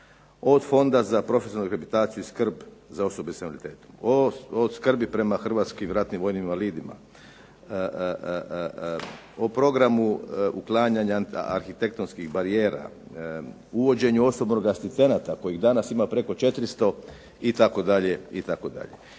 od Fonda za profesionalnu rehabilitaciju i skrb za osobe s invaliditetom, od skrbi prema hrvatskim ratnim vojnim invalidima, o programu uklanjanja arhitektonskih barijera, uvođenju osobnog asistenata kojih danas ima preko 400, itd., itd.